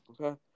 Okay